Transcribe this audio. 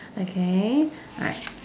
okay alright